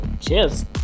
Cheers